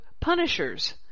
punishers